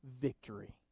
victory